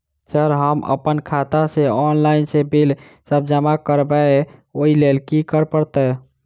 Sir हम अप्पन खाता सऽ ऑनलाइन सऽ बिल सब जमा करबैई ओई लैल की करऽ परतै?